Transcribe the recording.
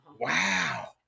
wow